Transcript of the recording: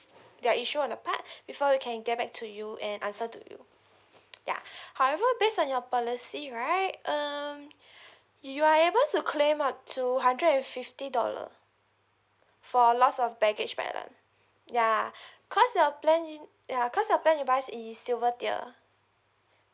their issue on their part before we can get back to you and answer to you ya however based on your policy right um you are able to claim up to hundred and fifty dollar for loss of baggage by airline ya cause your plan ya cause your plan you buy is silver tier